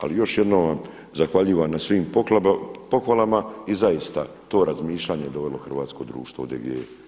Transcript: Ali još jednom vam zahvaljujem na svim pohvalama i zaista to razmišljanje je dovelo hrvatsko društvo ovdje gdje je.